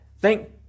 Thank